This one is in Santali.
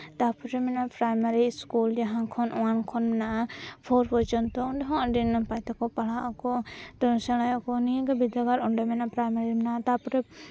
ᱛᱟᱨᱯᱚᱨᱮ ᱢᱮᱱᱟᱜᱼᱟ ᱯᱨᱟᱭᱢᱟᱨᱤ ᱤᱥᱠᱩᱞ ᱡᱟᱦᱟᱸ ᱠᱷᱚᱱ ᱳᱣᱟᱱ ᱠᱷᱚᱱ ᱢᱮᱱᱟᱜᱼᱟ ᱯᱷᱳᱨ ᱯᱚᱨᱡᱚᱱᱛᱚ ᱚᱸᱰᱮ ᱦᱚᱸ ᱟᱹᱰᱤ ᱱᱟᱯᱟᱭ ᱛᱮᱠᱚ ᱯᱟᱲᱦᱟᱜ ᱟᱠᱚ ᱥᱮᱬᱟᱭᱟᱠᱚ ᱱᱤᱭᱟᱹ ᱜᱮ ᱵᱤᱫᱽᱫᱟᱹᱜᱟᱲ ᱚᱸᱰᱮ ᱢᱮᱱᱟᱜᱼᱟ ᱯᱨᱟᱭᱢᱟᱨᱤ ᱨᱮᱱᱟᱜ ᱛᱟᱨᱯᱚᱨᱮ